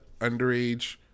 underage